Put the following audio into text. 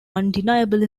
undeniably